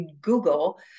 Google